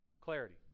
Clarity